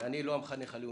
אני לא המחנך הלאומי.